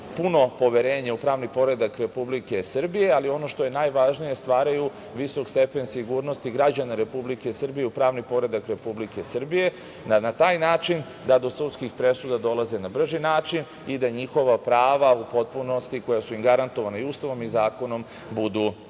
puno poverenje u pravni poredak Republike Srbije, ali ono što je najvažnije stvaraju visok stepen sigurnosti građana Republike Srbije u pravni poredak Republike Srbije i da na taj način da do sudskih presuda dolaze na brži način i da njihova prava u potpunosti, koja su im garantovana i Ustavom i zakonom, budu